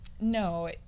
No